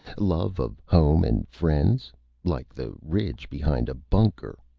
love of home and friends like the ridge behind a bunker!